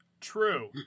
True